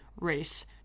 race